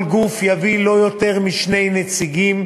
כל גוף יביא לא יותר משני נציגים,